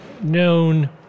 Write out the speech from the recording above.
known